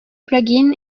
plugins